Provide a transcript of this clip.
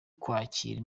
kwakira